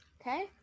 Okay